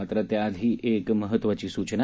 मात्र त्याआधी एक महत्त्वाची सूचना